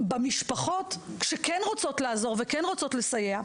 במשפחות שכן רוצות לעזור וכן רוצות לסייע,